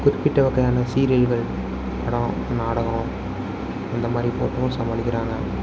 குறிப்பிட்ட வகையான சீரியல்கள் படம் நாடகம் அந்த மாதிரி போட்டும் சமாளிக்கிறாங்க